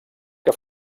que